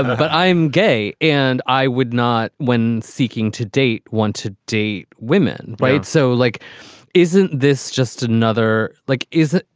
but i'm gay and i would not when seeking to date one to date women. right. so like isn't this just another like is.